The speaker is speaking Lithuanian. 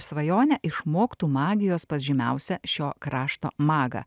svajonę išmoktų magijos pas žymiausią šio krašto magą